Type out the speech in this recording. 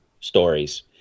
stories